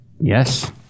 Yes